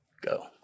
go